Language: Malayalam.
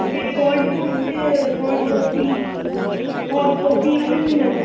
okay cold Boost cold coffee hot coffee അങ്ങനെ എന്തെങ്കിലും വേണോ